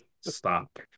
Stop